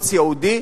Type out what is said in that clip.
ערוץ ייעודי.